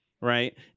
right